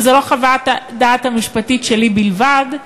וזו לא חוות הדעת המשפטית שלי בלבד,